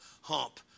hump